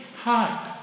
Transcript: heart